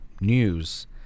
news